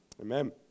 Amen